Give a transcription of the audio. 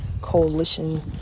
coalition